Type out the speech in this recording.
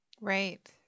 Right